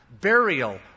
burial